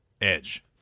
Edge